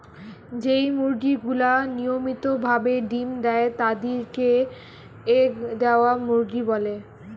যেই মুরগি গুলা নিয়মিত ভাবে ডিম্ দেয় তাদির কে এগ দেওয়া মুরগি বলে